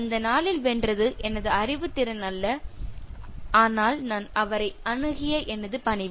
அந்த நாளில் வென்றது எனது அறிவுத்திறன் அல்ல ஆனால் நான் அவரை அணுகிய எனது பணிவு